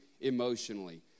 emotionally